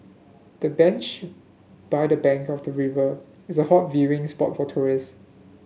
the bench by the bank of the river is a hot viewing spot for tourists